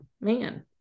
man